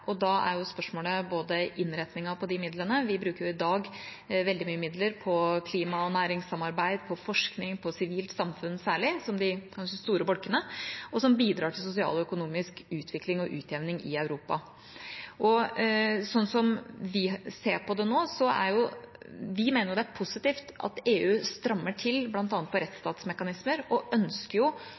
og da er jo spørsmålet innretningen på de midlene – vi bruker i dag veldig mye midler på klima- og næringssamarbeid, på forskning og særlig på sivilt samfunn, som kanskje er de store bolkene, og som bidrar til sosial og økonomisk utvikling og utjevning i Europa. Sånn vi ser på det nå, mener vi det er positivt at EU strammer til bl.a. på rettsstatsmekanismer, og ønsker